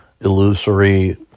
illusory